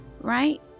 Right